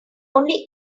only